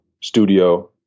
studio